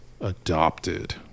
adopted